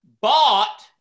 bought